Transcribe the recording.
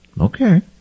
Okay